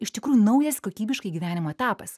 iš tikrųjų naujas kokybiškai gyvenimo etapas